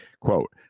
Quote